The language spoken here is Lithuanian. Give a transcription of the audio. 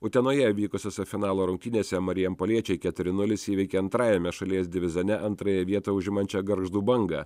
utenoje vykusiose finalo rungtynėse marijampoliečiai keturi nulis įveikė antrajame šalies divizione antrąją vietą užimančią gargždų bangą